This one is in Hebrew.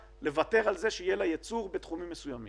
לוותר על כך שלא יהיה לה ייצור בתחומים אלה.